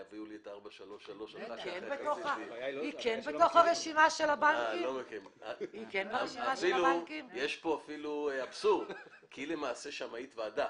יביאו לי את 433. יש פה אפילו אבסורד כי היא למעשה שמאית ועדה